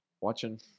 watching